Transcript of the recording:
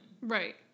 Right